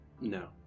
No